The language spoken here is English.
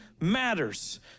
matters